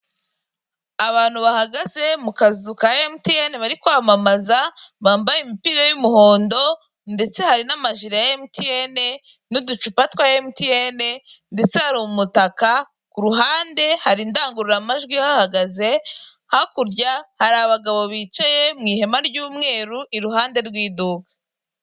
Abantu bahagaze mu kazu ka emutiyene bari kwamamaza, bambaye imipira y'umuhondo ndetse, hari n'amajire emutiyene n'uducupa twa emutiyene, ndetse hari umutaka, ku ruhande hari indangururamajwi ihahagaze, hakurya hari abagabo bicaye mu ihema ry'umweru iruhande rw'iduka.